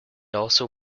also